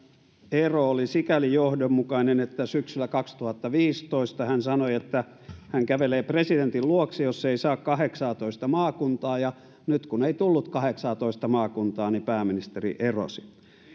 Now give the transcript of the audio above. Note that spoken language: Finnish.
ero oli sikäli johdonmukainen että syksyllä kaksituhattaviisitoista hän sanoi että hän kävelee presidentin luokse jos ei saa kahdeksaatoista maakuntaa ja nyt kun ei tullut kahdeksaatoista maakuntaa niin pääministeri erosi